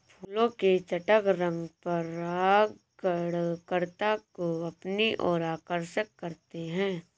फूलों के चटक रंग परागणकर्ता को अपनी ओर आकर्षक करते हैं